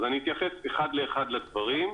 אז אני אתייחס אחד לאחד לדברים,